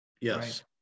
Yes